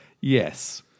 Yes